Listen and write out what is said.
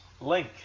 Link